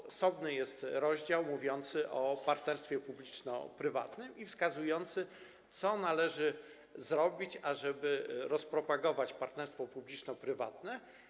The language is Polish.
Jest osobny rozdział mówiący o partnerstwie publiczno-prywatnym, wskazujący, co należy zrobić, ażeby rozpropagować partnerstwo publiczno-prywatne.